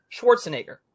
Schwarzenegger